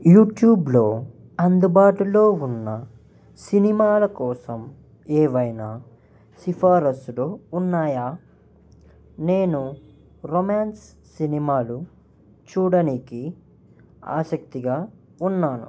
యూట్యూబ్లో అందుబాటులో ఉన్న సినిమాల కోసం ఏవైనా సిఫారస్సులు ఉన్నాయా నేను రొమాన్స్ సినిమాలు చూడడానికి ఆసక్తిగా ఉన్నాను